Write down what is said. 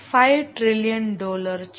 5 trillion dollar છે